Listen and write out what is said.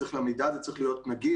המידע הזה צריך להיות נגיש.